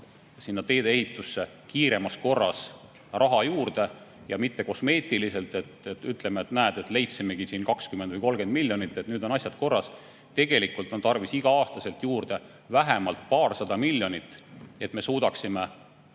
tuleks teedeehitusse kiiremas korras raha juurde anda. Ja mitte kosmeetiliselt, et ütleme, et näe, leidsimegi 20 või 30 miljonit, nüüd on asjad korras. Tegelikult on tarvis igal aastal juurde vähemalt paarsada miljonit, et me suudaksime